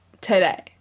today